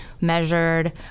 measured